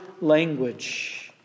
language